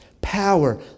power